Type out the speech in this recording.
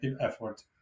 effort